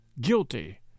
guilty